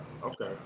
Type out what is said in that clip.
Okay